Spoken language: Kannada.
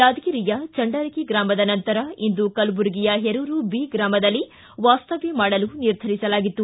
ಯಾದಗಿರಿಯ ಚಂಡರಕಿ ಗ್ರಾಮದ ನಂತರ ಇಂದು ಕಲಬುರಗಿಯ ಹೇರೂರು ಬಿ ಗ್ರಾಮದಲ್ಲಿ ವಾಸ್ತವ್ಯ ಮಾಡಲು ನಿರ್ಧರಿಸಲಾಗಿತ್ತು